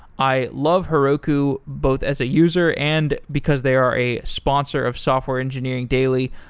i love heroku both as a user and because they are a sponsor of software engineering daily,